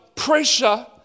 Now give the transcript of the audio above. Pressure